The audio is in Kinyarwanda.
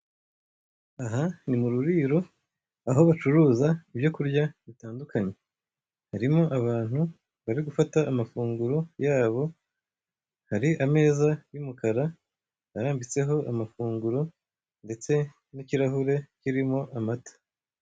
Aha ni mu ruriro, aho bacuruza ibyo kurya bitandukanye, harimo abantu bari gufata amafunguro yabo, hari ameza y'umukara arambitseho amafunguro ndetse n'kirahure kirimo amata.